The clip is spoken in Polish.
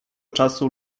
czasu